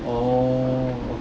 orh okay